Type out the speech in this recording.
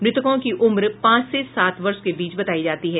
मृतकों की उम्र पांच से सात वर्ष के बीच बतायी जाती है